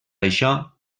això